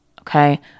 Okay